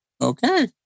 Okay